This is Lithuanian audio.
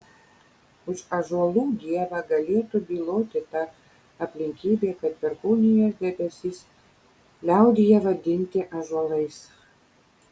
už ąžuolų dievą galėtų byloti ta aplinkybė kad perkūnijos debesys liaudyje vadinti ąžuolais